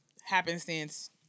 happenstance